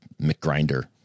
mcgrinder